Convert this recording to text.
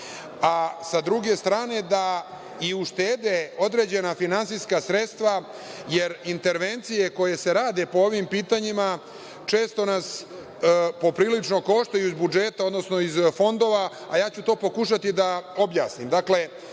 a sa druge strane da i uštede određena finansijska sredstva, jer intervencije koje se rade po ovim pitanjima često nas poprilično koštaju iz budžeta, odnosno iz fondova, a ja ću to pokušati da objasnim. Dakle,